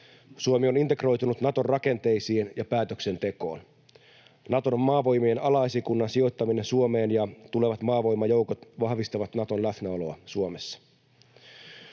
Suomi on integroitunut Naton rakenteisiin ja päätöksentekoon. Naton maavoimien alaesikunnan sijoittaminen Suomeen ja tulevat maavoimajoukot vahvistavat Naton läsnäoloa Suomessa.